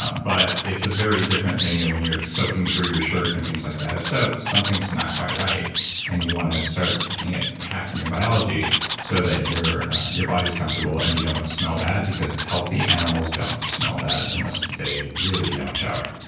but it's a very different thing that when you're soaking through your shirt and things like that. if so something's not quite right and you want to start looking at hacking your biology so that your your body is comfortable and you don't smell bad because healthy animals don't smell bad unless they really don't shower.